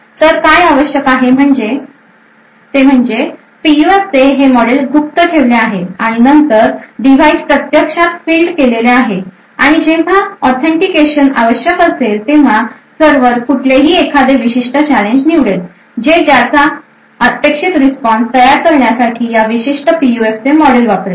तर काय आवश्यक आहे ते म्हणजे पीयूएफचे हे मॉडेल गुप्त ठेवले आहे आणि नंतर डिव्हाइस प्रत्यक्षात फील्ड केलेले आहे आणि जेव्हा ऑथेंटिकेशनआवश्यक असेल तेव्हा सर्व्हर कुठलेही एखादे विशिष्ट चॅलेंज निवडेल जे ज्याचा अपेक्षित रिस्पॉन्स तयार करण्यासाठी या विशिष्ट पीयूएफचे हे मॉडेल वापरेल